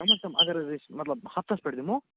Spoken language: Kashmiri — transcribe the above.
کَم از کم اَگر حظ أسۍ مطلب ہفتَس پٮ۪ٹھ دِمَو